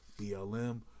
BLM